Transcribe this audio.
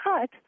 cut